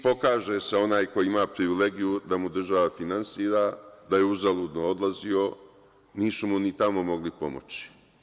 Pokaže se onaj koji ima privilegiju da mu država finansira, da je uzaludno odlazio, nisu mu ni tamo mogli pomoći.